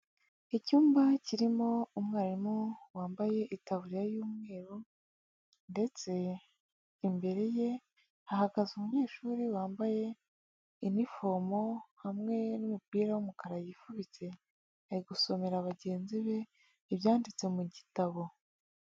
Icyumba kirimo umwarimu wambaye itaburiya y'umweru, ndetse imbere ye, ahagaze umunyeshuri wambaye inifomo hamwe n'umupira w'umukara yifubitse, ari gusomera bagenzi be, ibyanditse mu gitabo.